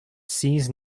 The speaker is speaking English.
sees